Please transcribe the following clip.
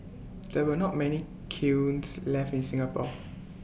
there are not many kilns left in Singapore